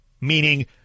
Meaning